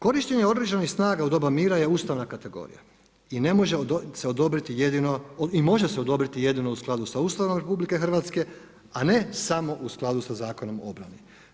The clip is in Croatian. Korištenje Oružanih snaga u doba mira je ustavna kategorija i ne može se odobriti jedino, i može se odobriti jedino u skladu sa Ustavom RH, a ne samo u skladu sa Zakonom o obrani.